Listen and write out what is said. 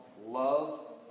Love